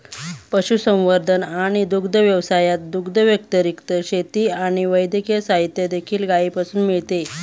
पशुसंवर्धन आणि दुग्ध व्यवसायात, दुधाव्यतिरिक्त, शेती आणि वैद्यकीय साहित्य देखील गायीपासून मिळते